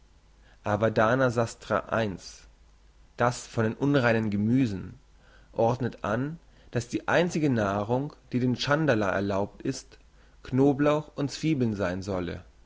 das von den unreinen gemüsen ordnet an dass die einzige nahrung die den tschandala erlaubt ist knoblauch und zwiebeln sein sollen